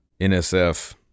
NSF